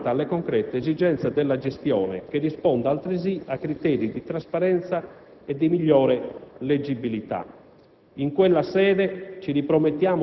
più snella e più adeguata alle concrete esigenze della gestione, che risponda altresì a criteri di trasparenza e di migliore leggibilità.